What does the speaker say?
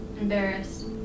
embarrassed